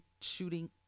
shooting